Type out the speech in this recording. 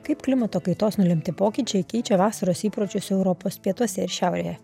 kaip klimato kaitos nulemti pokyčiai keičia vasaros įpročius europos pietuose ir šiaurėje